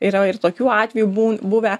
yra ir tokių atvejų bu buvę